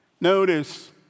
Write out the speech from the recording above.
Notice